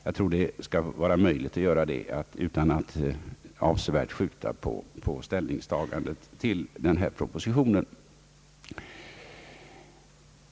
Jag tror att detta skall vara möjligt utan att avsevärt skjuta på ställningstagandet till propositionen.